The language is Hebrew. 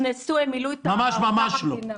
ממש ממש לא מהקופות.